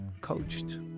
coached